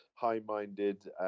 High-minded